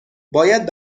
باید